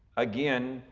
again,